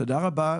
תודה רבה.